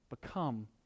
become